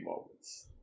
moments